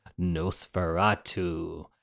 Nosferatu